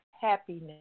happiness